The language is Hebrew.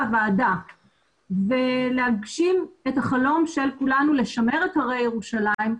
הוועדה ולהגשים את החלום של כולנו לשמר את הרי ירושלים,